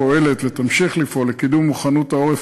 פועלת ותמשיך לפעול לקידום מוכנות העורף